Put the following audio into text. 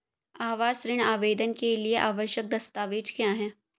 आवास ऋण आवेदन के लिए आवश्यक दस्तावेज़ क्या हैं?